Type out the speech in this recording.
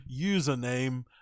username